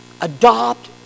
adopt